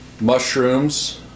Mushrooms